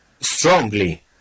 strongly